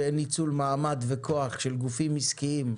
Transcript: שאין ניצול מעמד וכוח של גופים עסקיים,